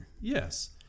Yes